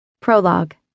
Prologue